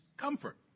comfort